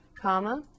comma